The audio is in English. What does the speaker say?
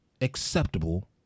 acceptable